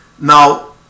Now